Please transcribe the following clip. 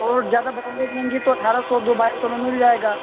और ज़्यादा ब्रांडेड लेंगी तो अठारह सौ दो बाइस सौ में मिल जायेगा